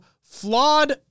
flawed